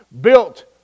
built